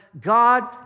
God